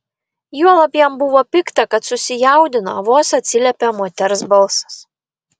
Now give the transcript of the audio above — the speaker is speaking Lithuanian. juolab jam buvo pikta kad susijaudino vos atsiliepė moters balsas